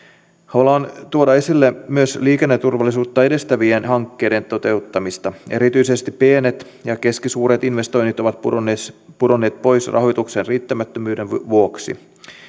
haluan tuoda esille myös liikenneturvallisuutta edistävien hankkeiden toteuttamista erityisesti pienet ja keskisuuret investoinnit ovat pudonneet pois rahoituksen riittämättömyyden vuoksi